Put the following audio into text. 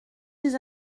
des